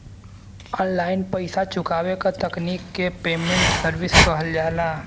online पइसा चुकावे क तकनीक के पेमेन्ट सर्विस कहल जाला